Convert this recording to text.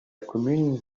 commune